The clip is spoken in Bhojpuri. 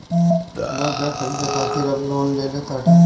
लोग घर खरीदे खातिर अब लोन लेले ताटे